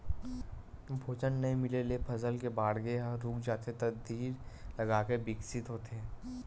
भोजन नइ मिले ले फसल के बाड़गे ह रूक जाथे त धीर लगाके बिकसित होथे